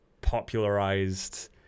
popularized